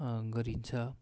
गरिन्छ